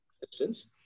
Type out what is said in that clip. distance